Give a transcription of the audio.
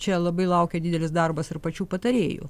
čia labai laukia didelis darbas ir pačių patarėjų